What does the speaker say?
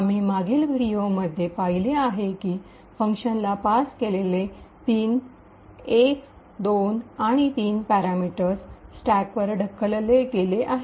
आम्ही मागील व्हिडिओंमध्ये पाहिले आहे की फंक्शनला पास केलेले तीन 1 2 आणि 3 पॅरामीटर्स स्टॅकवर ढकलले गेले आहेत